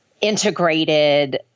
integrated